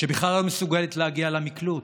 שבכלל לא מסוגלת להגיע למקלוט.